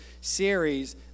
series